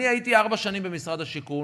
אני הייתי ארבע שנים במשרד השיכון,